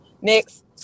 Next